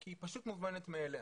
כי היא פשוט מובנת מאליה.